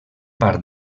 part